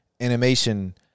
animation